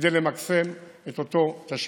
כדי למקסם את אותו תשלום.